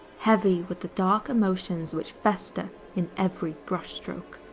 heavy with the dark emotions which fester in every brush stroke.